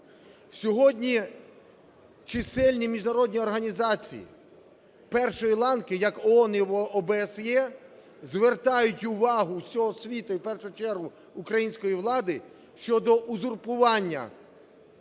Сьогодні чисельні міжнародні організації першої ланки, як ООН і ОБСЄ звертають увагу всього світу, і в першу чергу української влади, щодо узурпування